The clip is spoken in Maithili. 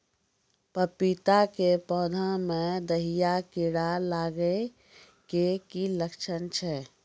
पपीता के पौधा मे दहिया कीड़ा लागे के की लक्छण छै?